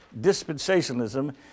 dispensationalism